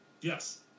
Yes